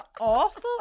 awful